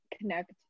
connect